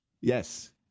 Yes